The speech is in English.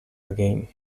again